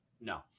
no